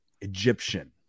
egyptian